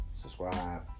subscribe